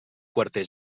quarter